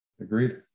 Agreed